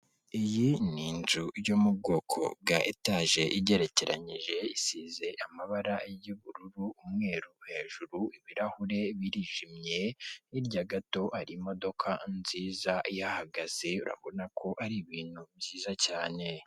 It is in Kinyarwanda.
Iyi ni inzu yo mu bwoko bwa etage igerekeranyije isize amabara y'ubururu, umweru hejuru ibirahure birijimye hirya gato hari imodoka nziza yahagaze urabona ko ari ibintu byiza cyane.